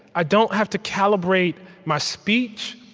i don't have to calibrate my speech.